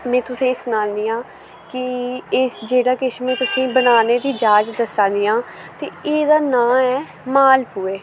में तुसें सनानी आं कि एह् जेह्ड़ा किश में तुसें बनाने दी जाच दस्सा नी आं ते एह्दा नांऽ ऐ मालपुड़े